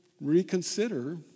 reconsider